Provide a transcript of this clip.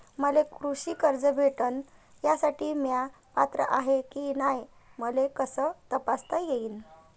मले कृषी कर्ज भेटन यासाठी म्या पात्र हाय की नाय मले कस तपासता येईन?